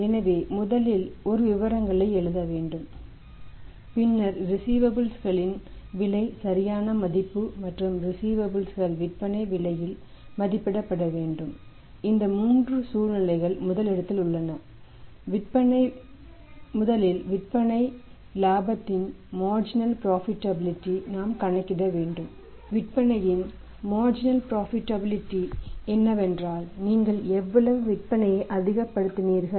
எனவே ரிஸீவபல்ஸ் என்னவென்றால் நீங்கள் எவ்வளவு விற்பனையை அதிகபடுத்தினீர்கள்